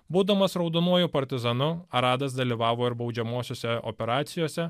būdamas raudonuoju partizanu aradas dalyvavo ir baudžiamosiose operacijose